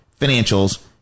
financials